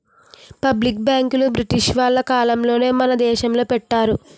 public బ్యాంకులు British వాళ్ళ కాలంలోనే మన దేశంలో పెట్టారు